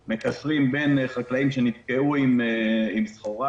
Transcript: אנחנו מקשרים בין חקלאים שנתקעו עם סחורה.